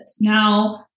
Now